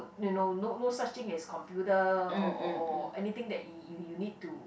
you know no no such thing as computer or or or anything that you you need to